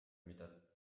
mida